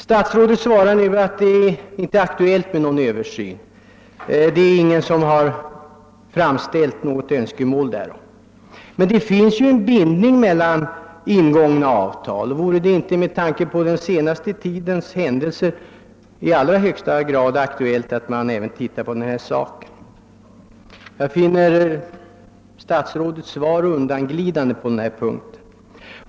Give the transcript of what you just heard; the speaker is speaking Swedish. Statsrådet svarar nu att det inte är aktuellt med någon översyn — ingen har framställt önskemål därom. Men det finns ju en bindning mellan ingångna avtal. Vore det inte med tanke på den senaste tidens händelser aktuellt att ta upp denna fråga? Jag finner statsrådets svar undanglidande.